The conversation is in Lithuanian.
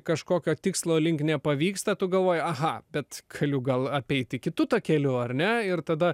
kažkokio tikslo link nepavyksta tu galvoji aha bet galiu gal apeiti kitu takeliu ar ne ir tada